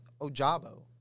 Ojabo